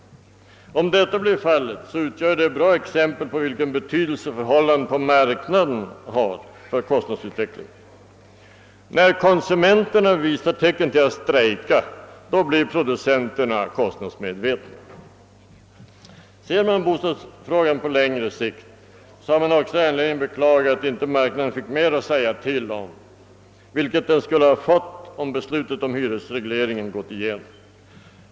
Om detta blir fallet utgör det ett bra exempel på vilken betydelse förhållandena på marknaden har för kostnadsutvecklingen. När konsumenterna visar tecken till att vilja strejka, då blir producenterna kostnadsmedvetna! Ser man bostadsfrågan på längre sikt, har man också anledning beklaga att inte marknaden fick mera att säga till om, vilket den skulle ha fått, om beslutet om hyresregleringen gått igenom.